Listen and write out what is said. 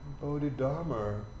Bodhidharma